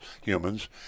humans